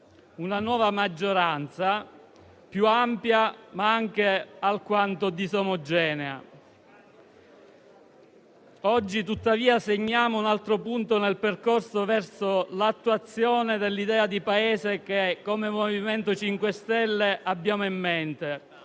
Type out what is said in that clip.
una nuova maggioranza più ampia, ma anche alquanto disomogenea. Oggi, tuttavia, segniamo un altro punto nel percorso verso l'attuazione dell'idea di Paese che come MoVimento 5 Stelle abbiamo in mente